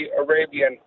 Arabian